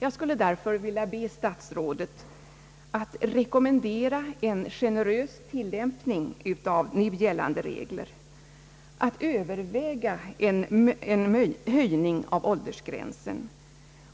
Jag skulle därför vilja be statsrådet att rekommendera en generös tillämpning av nu gällande regler, att överväga en höjning av åldersgränsen